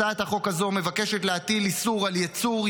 הצעת החוק הזאת מבקשת להטיל איסור של ייצור,